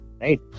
right